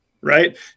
right